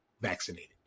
vaccinated